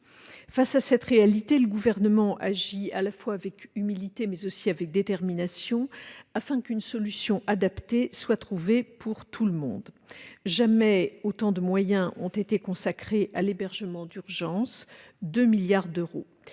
Face à cette réalité, le Gouvernement agit à la fois avec humilité et détermination afin qu'une solution adaptée soit trouvée pour tout le monde. Jamais autant de moyens n'ont été consacrés à l'hébergement d'urgence : 2 milliards d'euros.